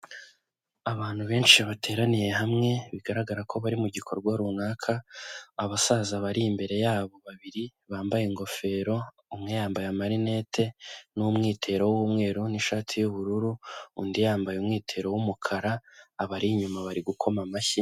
Abantu benshi bateraniye hamwe bigaragara ko bari mu gikorwa runaka abasaza bari imbere yabo babiri bambaye ingofero umwe yambaye amarinete n'umwitero w'umweru n'ishati y'ubururu, undi yambaye umwitero w'umukara abari inyuma bari gukoma amashyi.